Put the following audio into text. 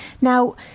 now